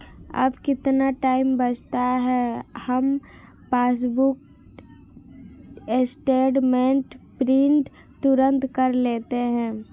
अब कितना टाइम बचता है, हम पासबुक स्टेटमेंट प्रिंट तुरंत कर लेते हैं